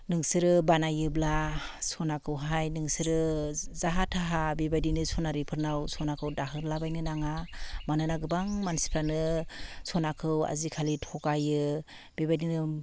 नोंसोरो बानायोब्ला सनाखौहाय नोंसोरो जाहा थाहा बेबायदिनो सनारिफोरनाव सनाखौ हादोलाबायनो नाङा मानोना गोबां मानसिफ्रानो सनाखौ आजिखालि थगायो बेबादिनो